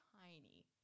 tiny